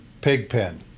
Pigpen